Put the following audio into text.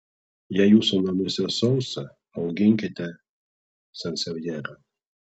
jei jūsų namuose sausa auginkite sansevjerą